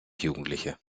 jugendliche